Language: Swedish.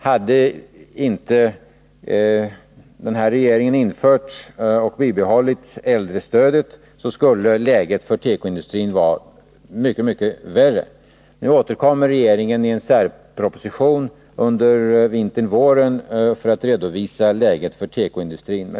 Hade inte den här regeringen infört och bibehållit äldrestödet, så skulle läget för tekoindustrin vara mycket, mycket värre. Nu återkommer regeringen med en särproposition under vintern eller våren för att redovisa läget för tekoindustrin.